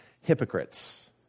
hypocrites